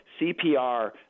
cpr